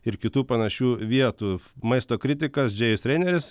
ir kitų panašių vietų maisto kritikas džėjus reineris